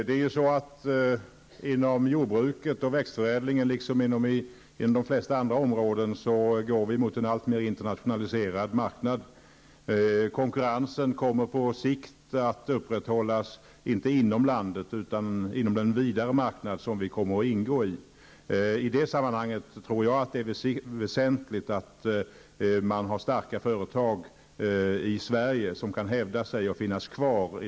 Herr talman! Inom jordbruket och växtförädlingen liksom inom de flesta andra områden går vi mot en alltmer internationaliserad marknad. Konkurrensen kommer på sikt inte att upprätthållas inom landet utan inom den vidare marknad som vi kommer att ingå i. I det sammanhanget tror jag att det är väsentligt att man har starka företag i Sverige, som kan hävda sig och finnas kvar.